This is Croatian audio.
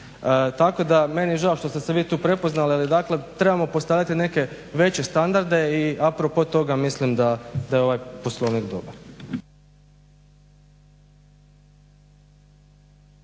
Tako da meni je žao što ste se vi tu prepoznali, ali dakle trebamo postavljati neke veće standarde i a propos toga mislim da je ovaj Poslovnik dobar.